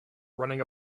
running